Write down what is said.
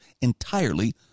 entirely